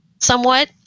somewhat